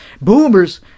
Boomers